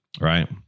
Right